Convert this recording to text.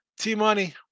T-Money